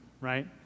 right